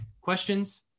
questions